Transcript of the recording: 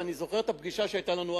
ואני זוכר את הפגישה שהיתה לנו,